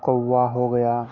कौआ हो गया